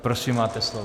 Prosím, máte slovo.